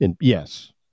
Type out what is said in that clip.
yes